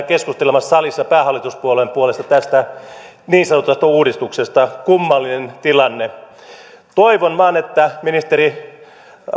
keskustelemassa päähallituspuolueen puolesta tästä niin sanotusta uudistuksesta kummallinen tilanne toivon vain että ministeri